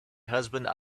husband